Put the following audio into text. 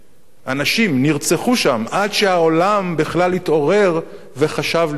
אנשים נרצחו שם עד שהעולם בכלל התעורר וחשב לפעול.